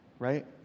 right